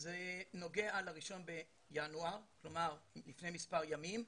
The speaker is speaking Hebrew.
זה נוגע ב-1 בינואר, כלומר, לפני מספר ימים.